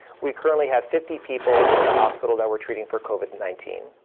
we currently have fifty people in the hospital that we're treating for covid nineteen.